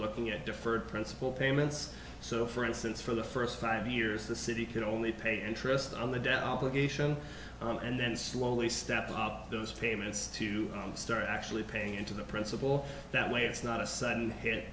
looking at deferred principal payments so for instance for the first five years the city could only pay interest on the debt obligation and then slowly step up those payments to start actually paying into the principal that way it's not a sudden hit